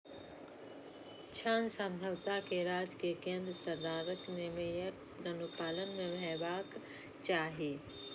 ऋण समझौता कें राज्य आ केंद्र सरकारक नियमक अनुपालन मे हेबाक चाही